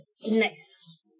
Nice